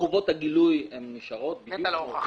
הגענו להבנות